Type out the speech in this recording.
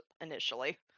initially